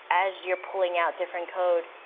as you're pulling out different code,